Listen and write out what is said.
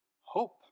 Hope